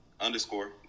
underscore